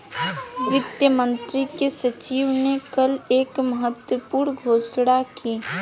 वित्त मंत्री के सचिव ने कल एक महत्वपूर्ण घोषणा की